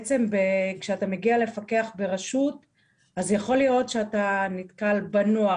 כשאתה מגיע לפקח ברשות אז יכול להיות שאתה נתקל בנוער,